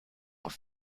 auf